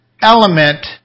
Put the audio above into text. element